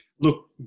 Look